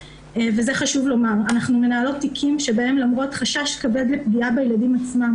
חשוב לומר שאנחנו מנהלות תיקים שבהם למרות חשש כבד לפגיעה בילדים עצמם,